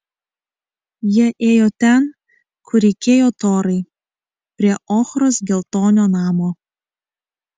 jie ėjo ten kur reikėjo torai prie ochros geltonio namo